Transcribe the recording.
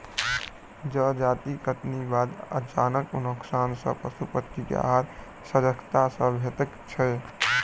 जजाति कटनीक बाद अनाजक नोकसान सॅ पशु पक्षी के आहार सहजता सॅ भेटैत छै